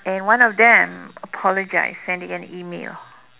and one of them apologized sent in an email